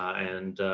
and